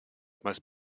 must